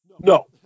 No